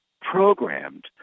programmed